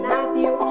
Matthew